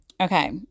okay